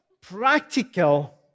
practical